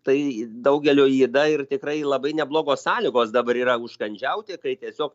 tai daugelio yda ir tikrai labai neblogos sąlygos dabar yra užkandžiauti kai tiesiog